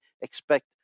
expect